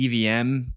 evm